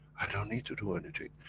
i don't need to do anything.